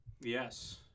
Yes